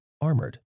armored